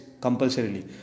compulsorily